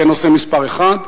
זה נושא מספר אחת.